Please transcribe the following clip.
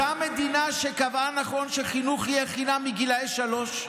אותה מדינה שקבעה נכון שחינוך יהיה חינם מגיל שלוש,